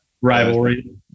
rivalry